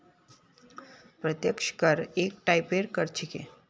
प्रत्यक्ष कर एक टाइपेर कर छिके